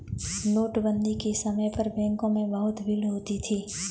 नोटबंदी के समय पर बैंकों में बहुत भीड़ होती थी